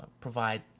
provide